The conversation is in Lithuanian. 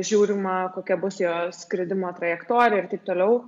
žiūrima kokia bus jo skridimo trajektorija ir taip toliau